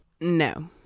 No